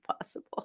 possible